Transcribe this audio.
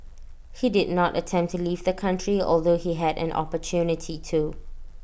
he did not attempt to leave the country although he had an opportunity to